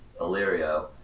Illyrio